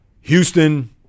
Houston